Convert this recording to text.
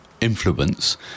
influence